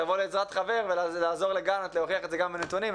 לבוא לעזרת חבר ולעזור לגלנט להוכיח את זה גם בנתונים.